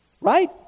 Right